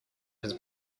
his